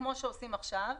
כמו שעושים עכשיו.